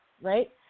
right